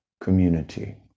community